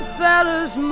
fellas